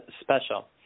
special